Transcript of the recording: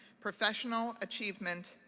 professional achievement,